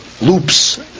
loops